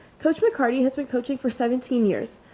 coach mccarty has been coaching for seventeen years.